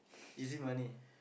easy money